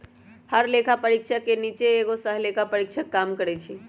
हर लेखा परीक्षक के नीचे एगो सहलेखा परीक्षक काम करई छई